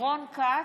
רון כץ,